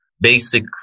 basic